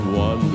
one